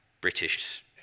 British